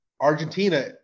Argentina